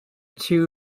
two